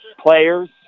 players